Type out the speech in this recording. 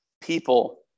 people